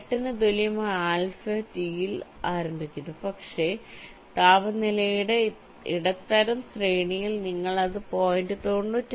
8 ന് തുല്യമായ ആൽഫ ടിയിൽ ആരംഭിക്കുന്നു പക്ഷേ താപനിലയുടെ ഇടത്തരം ശ്രേണിയിൽ നിങ്ങൾ അത് 0